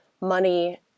money